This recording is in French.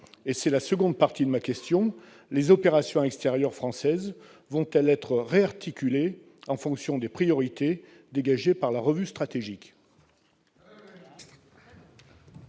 c'est la seconde partie de ma question : les opérations extérieures françaises vont-elles être réarticulées en fonction des priorités dégagées par la revue stratégique ?